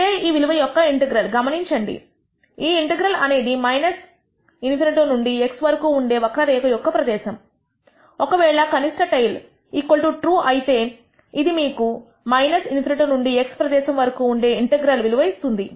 ఇదే ఈ విలువ యొక్క ఇంటెగ్రల్ గమనించండి ఈ ఇంటెగ్రల్ అనేది ∞ నుండి x వరకు ఉండే వక్రరేఖ యొక్క ప్రదేశము ఒకవేళ కనిష్ట టెయిల్ TRUE అయితే ఇది మీకు ∞ నుండి x ప్రదేశము వరకు ఉండే ఇంటెగ్రల్ విలువ వస్తుంది